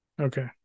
Okay